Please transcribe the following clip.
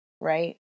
right